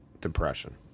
depression